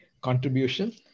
contribution